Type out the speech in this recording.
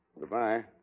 Goodbye